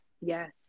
Yes